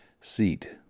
seat